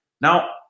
Now